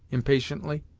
impatiently.